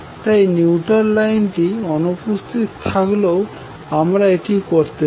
তাই নিউট্রাল লাইনটি অনুপস্থিত থাকলেও আমরা এটি করতে পারি